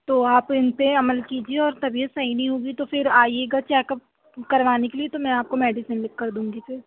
تو آپ ان پہ عمل کیجیے اور طبیعت صحیح نہیں ہوگی تو پھر آئیے گا چیک اپ کروانے کے لیے تو میں آپ کو میڈیسین لکھ کر دوں گی پھر